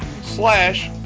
slash